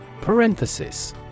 Parenthesis